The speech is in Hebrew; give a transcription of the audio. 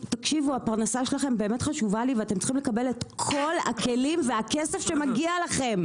הפרנסה שלכם חשובה לי ואתם צריכים לקבל את כל הכלים והכסף שמגיעים לכם.